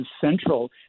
central